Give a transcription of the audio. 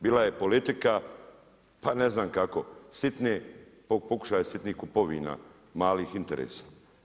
Bila je politika, pa ne znam kako, pokušaja sitnih kupovina malih interesa.